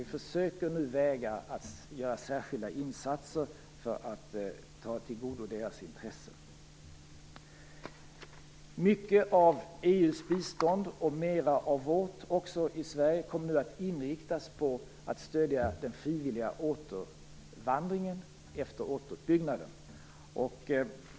Vi försöker nu att göra särskilda insatser för att ta till vara deras intressen. Mycket av EU:s bistånd, och också mer av det svenska, kommer nu att inriktas på att stödja den frivilliga återvandringen efter återuppbyggnaden.